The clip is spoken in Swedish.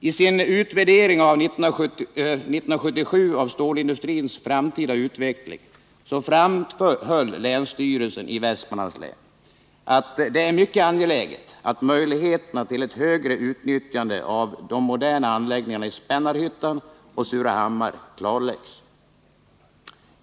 I sin utvärdering 1977 av stålindustrins framtida utveckling framhöll länsstyrelsen i Västmanlands län ”att det är mycket angeläget att möjligheterna till ett högre utnyttjande av de moderna anläggningarna i Spännarhyttan och Surahammar klarläggs.